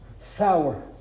sour